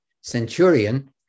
centurion